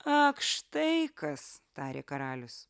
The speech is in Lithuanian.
ak štai kas tarė karalius